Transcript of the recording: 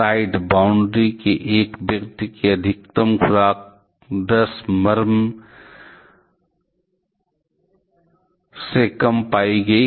side boundary के एक व्यक्ति की अधिकतम खुराक 100 mrem से कम पाई गई